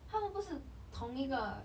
他们不是同一个